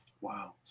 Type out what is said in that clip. Wow